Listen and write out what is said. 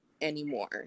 anymore